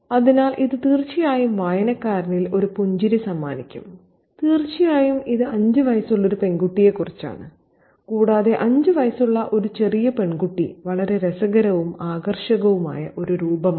അതിനാൽ ഇത് തീർച്ചയായും വായനക്കാരിൽ ഒരു പുഞ്ചിരി സമ്മാനിക്കും തീർച്ചയായും ഇത് 5 വയസ്സുള്ള ഒരു പെൺകുട്ടിയെക്കുറിച്ചാണ് കൂടാതെ 5 വയസ്സുള്ള ഒരു ചെറിയ പെൺകുട്ടി വളരെ രസകരവും ആകർഷകവുമായ ഒരു രൂപമാണ്